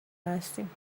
هستیم